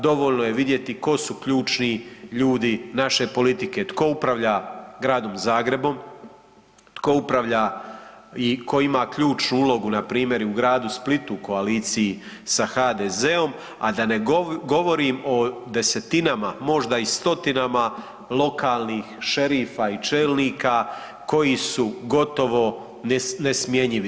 Dovoljno je vidjeti tko su ključni ljudi naše politike, tko upravlja Gradom Zagrebom, tko upravlja i tko ima ključnu ulogu u npr. i u Gradu Splitu u koaliciji sa HDZ-om, a da ne govorim o desetinama, možda i stotinama lokalnih šerifa i čelnika koji su gotovo nesmjenjivi.